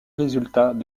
résultats